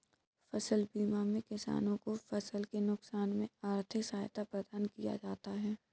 फसल बीमा में किसानों को फसल के नुकसान में आर्थिक सहायता प्रदान किया जाता है